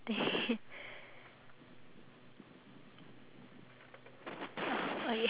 ya I had to do a lot of chores at home that's why I was a bit late but I was on time